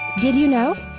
did you know?